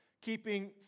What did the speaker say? keeping